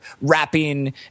rapping